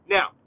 Now